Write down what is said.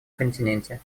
континенте